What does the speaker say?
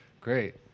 Great